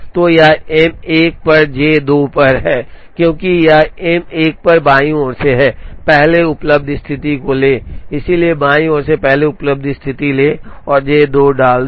तो यह एम 1 पर जे 2 पर है क्योंकि यह एम 1 बाईं ओर से है पहले उपलब्ध स्थिति को लें इसलिए बाईं ओर से पहले उपलब्ध स्थिति लें और जे 2 डाल दें